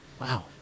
Wow